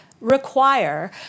require